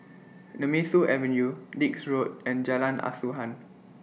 Nemesu Avenue Dix Road and Jalan Asuhan